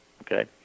okay